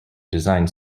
designed